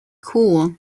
cool